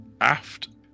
aft